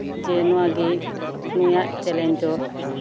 ᱡᱮ ᱱᱚᱶᱟ ᱜᱮ ᱱᱩᱭᱟᱜ ᱪᱮᱞᱮᱧᱡᱽ ᱫᱚ